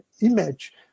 image